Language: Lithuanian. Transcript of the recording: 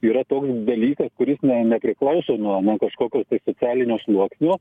yra toks dalykas kuris nepriklauso nuo nuo kažkokio socialinio sluoksnio